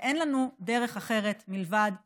ואין לנו דרך אחרת מלבד להצליח.